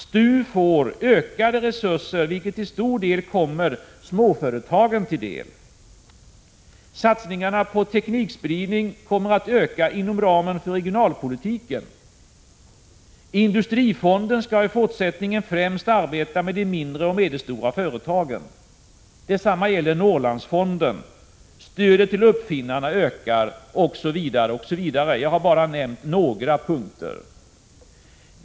STU får ökade resurser, vilka till stor del kommer småföretagen till del. Satsningarna på teknikspridning kommer att öka inom ramen för regionalpolitiken. Industrifonden skall i fortsättningen främst arbeta med de mindre och medelstora företagen. Detsamma gäller Norrlandsfonden. Stödet till uppfinnarna ökar osv. — jag har nämnt bara några av de punkter som kan hållas fram.